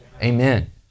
Amen